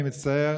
אני מצטער,